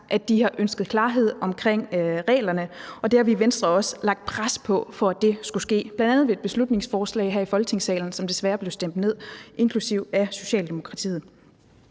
at de har ønsket klarhed om reglerne, og i Venstre har vi også lagt pres på, for at det skulle ske, bl.a. ved et beslutningsforslag her i Folketingssalen, som desværre blev stemt ned, bl.a. af Socialdemokratiet.